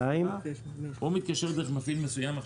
הוא מתקשר דרך מפעיל מסוים.